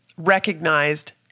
recognized